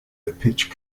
pitch